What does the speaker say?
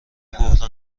بحرانها